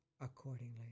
accordingly